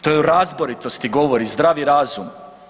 To i u razboritosti govori zdravi razum.